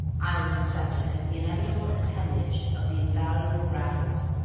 i was accepted as the inevitable appendage of the invaluable raffles,